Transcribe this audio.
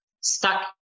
stuck